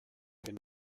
been